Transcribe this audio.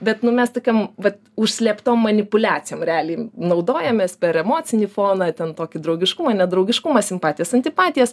bet nu mes tokiom vat užslėptom manipuliacijom realiai naudojamės per emocinį foną ten tokį draugiškumą nedraugiškumą simpatijas antipatijas